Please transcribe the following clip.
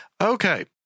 Okay